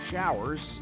showers